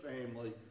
family